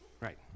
Right